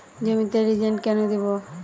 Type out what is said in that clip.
জমিতে রিজেন্ট কেন দেবো?